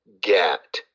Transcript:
get